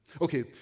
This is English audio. Okay